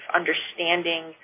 understanding